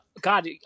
god